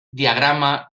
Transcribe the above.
diagrama